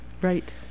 Right